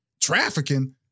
trafficking